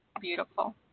Beautiful